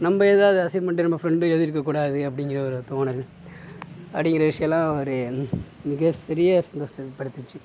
நம்ப எழுதாத அசைமென்ட்டு நம்ம ஃபிரெண்டும் எழுதிருக்கக்கூடாது அப்படிங்குற ஒரு தோணுங்க அப்படிங்குற விஷயோலாம் ஒரு மிகப்பெரிய சந்தோசப்படுத்துச்சு